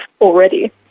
already